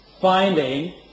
finding